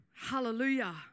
Hallelujah